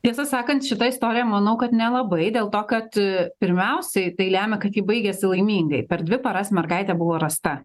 tiesą sakant šita istorija manau kad nelabai dėl to kad pirmiausiai tai lemia kad ji baigiasi laimingai per dvi paras mergaitė buvo rasta